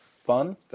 fun